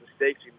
mistakes